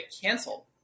canceled